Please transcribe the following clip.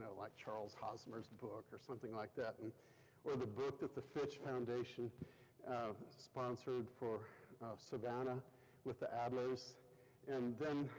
ah like charles hosmer's and book or something like that, and or the book that the fitch foundation sponsored for savannah with the adlers and then,